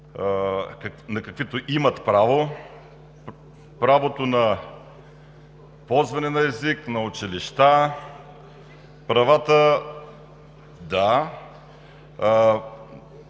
на каквито имат право – правото на ползване на език, на училища. Тяхната